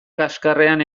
kaxkarrean